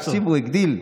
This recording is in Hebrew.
תקשיבו, הוא הגדיל: